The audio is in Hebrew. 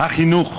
החינוך